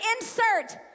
insert